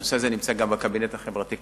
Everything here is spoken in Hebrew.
הנושא הזה נמצא גם בקבינט החברתי-כלכלי.